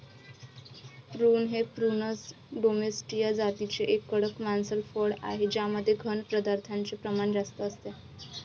prune हे prunus domestica जातीचे एक कडक मांसल फळ आहे ज्यामध्ये घन पदार्थांचे प्रमाण जास्त असते